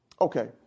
Okay